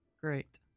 Great